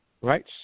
right